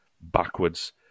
backwards